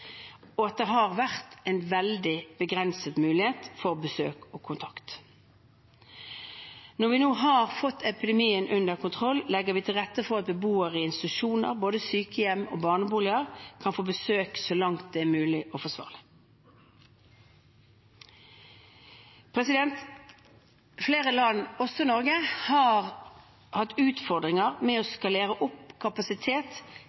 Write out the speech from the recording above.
at det har vært veldig begrensede muligheter for besøk og kontakt. Når vi nå har fått epidemien under kontroll, legger vi til rette for at beboere i institusjoner, både sykehjem og barneboliger, kan få besøk så langt det er mulig og forsvarlig. Flere land, også Norge, har hatt utfordringer med å